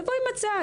תבואי עם הצעה.